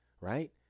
Right